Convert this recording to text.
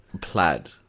plaid